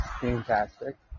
fantastic